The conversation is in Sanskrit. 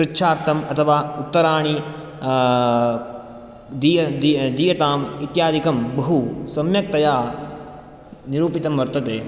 पृच्छार्थम् अथवा उत्तराणि दीय्दी दीयताम् इत्यादिकं बहु सम्यक्तया निरूपितं वर्तते